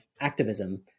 activism